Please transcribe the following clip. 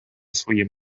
своїм